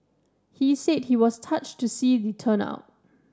he said he was touched to see the turnout